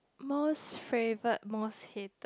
most favourite most hated